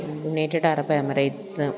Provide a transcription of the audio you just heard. United Arab Emirates